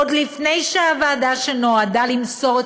עוד לפני שהוועדה שנועדה למסור את